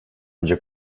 önce